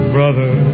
Brother